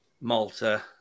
Malta